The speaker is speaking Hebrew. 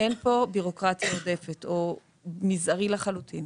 אין כאן בירוקרטיה עודפת או מזערי לחלוטין.